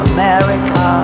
America